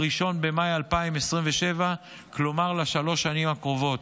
1 במאי 2027, כלומר לשלוש השנים הקרובות.